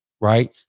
right